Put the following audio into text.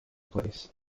place